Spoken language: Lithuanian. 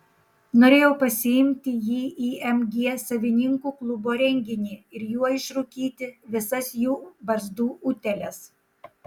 norėjau pasiimti jį į mg savininkų klubo renginį ir juo išrūkyti visas jų barzdų utėles